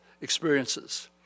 experiences